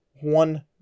one